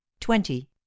Twenty